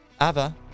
Ava